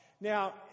Now